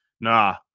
Nah